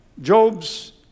Job's